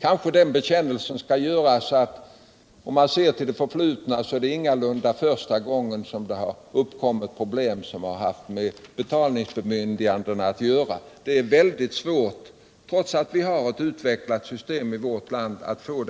Kanske den bekännelsen skall göras att det ingalunda är första gången som det uppkommit problem som haft med betalningsbemyndigandena att göra. Trots att vi här i landet har ett utvecklat system för beställningsverksamheten